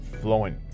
flowing